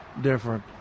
different